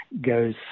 goes